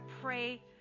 pray